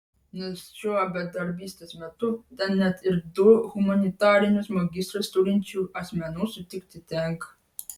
nors šiuo bedarbystės metu ten net ir du humanitarinius magistrus turinčių asmenų sutikti tenka